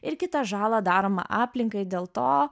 ir kitą žalą daromą aplinkai dėl to